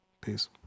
Peace